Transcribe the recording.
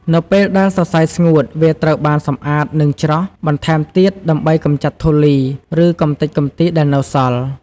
នៅពេលដែលសរសៃស្ងួត វាត្រូវបានសម្អាត និងច្រោះ បន្ថែមទៀតដើម្បីកម្ចាត់ធូលី ឬកម្ទេចកម្ទីដែលនៅសល់។